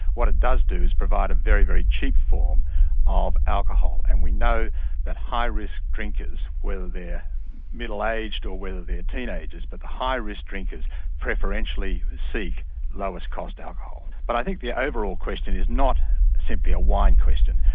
what it does do is provide a very, very cheap form of alcohol, and we know that high risk drinkers, whether they are middle-aged or whether they are teenagers, but the high risk drinkers preferentially seek lowest cost alcohol. but i think the overall question is not simply a wine question.